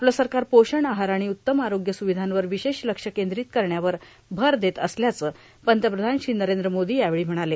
आपलं सरकार पोषण आहार आणि उत्तम आरोग्य सुविधांवर विशेष लक्ष केंद्रीत करण्यावर भर देत असल्याचं पंतप्रधान श्री नरेंद्र मोदी यावेळी म्हणाले